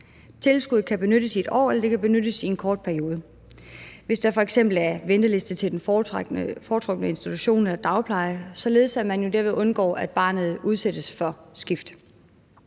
Tilskuddet kan benyttes i 1 år, eller det kan benyttes i en kort periode, hvis der f.eks. er venteliste til den foretrukne institution eller dagpleje, således at man jo derved undgår, at barnet udsættes for skift.